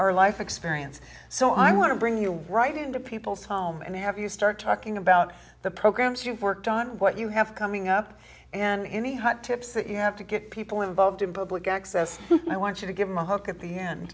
our life experience so i'm going to bring you right into people's home and have you start talking about the programs you've worked on what you have coming up and any hot tips that you have to get people involved in public access i want you to give me a hook at the end